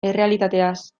errealitateaz